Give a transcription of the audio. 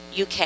UK